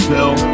Bill